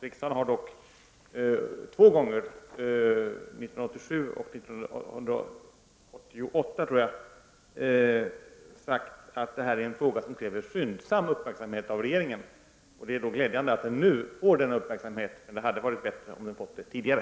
Riksdagen har dock två gånger, 1987 och 1988, uttalat att detta är en fråga som kräver skyndsam uppmärksamhet av regeringen. Det är därför glädjande att den nu får denna uppmärksamhet, men det hade varit bättre om frågan hade uppmärksammats tidigare.